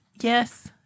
Yes